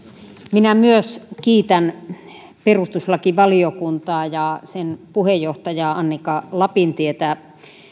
minä myös kiitän perustuslakivaliokuntaa ja sen puheenjohtajaa annika lapintietä